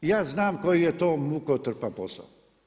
Ja znam koji je to mukotrpan posao.